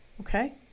Okay